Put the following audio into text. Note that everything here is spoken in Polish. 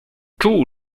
czuł